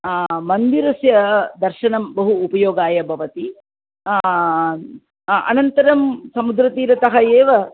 मन्दिरस्य दर्शनं बहु उपयोगाय भवति अनन्तरं समुद्रतीरतः एव